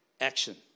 action